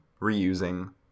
reusing